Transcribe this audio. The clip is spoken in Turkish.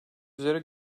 üzere